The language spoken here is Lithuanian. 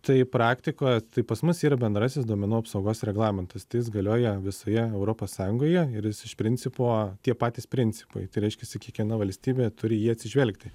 tai praktikoje tai pas mus yra bendrasis duomenų apsaugos reglamentas tai jis galioja visoje europos sąjungoje ir jis iš principo tie patys principai tai reiškiasi kiekviena valstybė turi į jį atsižvelgti